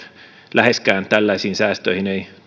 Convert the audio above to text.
läheskään tällaisiin säästöihin ei